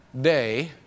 day